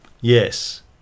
Yes